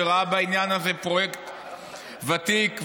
שראה בעניין הזה פרויקט ותיק,